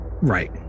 right